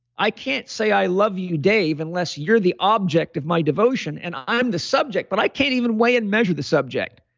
i can't say i love you, dave, unless you're the object of my devotion and i'm the subject, but i can't even weigh and measure the subject.